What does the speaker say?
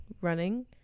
running